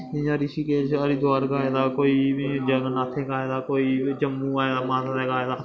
जियां ऋशिकेश जां हरीद्वार गाए दा कोई बी जगन नाथें गाए दा कोई जम्मू गाए दा माता दे गाए दा